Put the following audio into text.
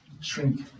shrink